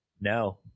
No